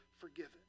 forgiven